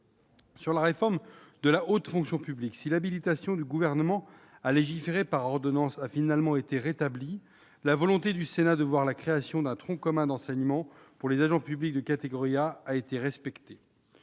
Sur la réforme de la haute fonction publique, si l'habilitation du Gouvernement à légiférer par ordonnances a finalement été rétablie, la volonté du Sénat de voir la création d'un tronc commun d'enseignements pour les agents publics de catégorie A a été respectée.